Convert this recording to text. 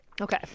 Okay